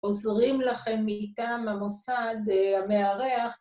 עוזרים לכם מאיתם, המוסד, המארח.